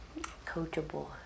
coachable